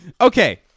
Okay